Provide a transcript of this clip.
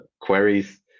queries